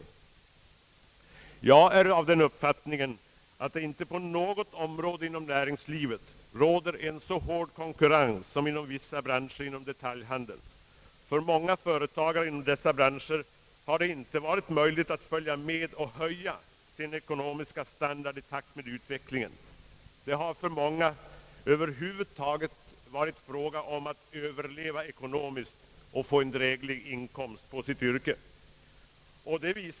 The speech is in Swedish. Jag är av den uppfattningen att det inte på något område inom näringslivet råder en så hård konkurrens som inom detaljhandeln. För många företagare inom dessa branscher har det inte varit möjligt att följa med och höja sin ekonomiska standard i takt med utvecklingen. Det har för många över huvud taget varit fråga om att överleva ekonomiskt och få en dräglig inkomst på sitt yrke.